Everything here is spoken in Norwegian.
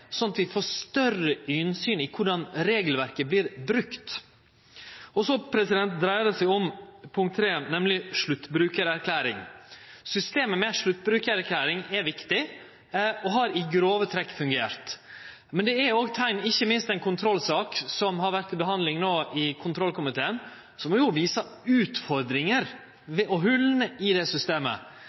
at vi får større innsyn i korleis regelverket vert brukt. Så dreier det seg om punkt 3, nemleg sluttbrukarerklæring. Systemet med sluttbrukarerklæring er viktig og har i grove trekk fungert. Men det er òg teikn – ikkje minst i ei kontrollsak som no har vore til behandling i kontrollkomiteen – som viser utfordringane og hola i det systemet.